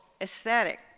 aesthetic